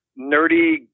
nerdy